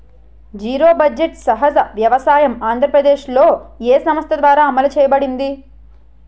Zero budget సహజ వ్యవసాయం ఆంధ్రప్రదేశ్లో, ఏ సంస్థ ద్వారా అమలు చేయబడింది?